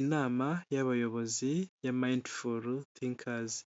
Inama y'abayobozi ya mayindifuru thinkasi.